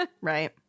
Right